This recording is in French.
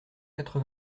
quatre